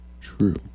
true